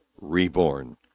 reborn